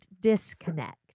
disconnect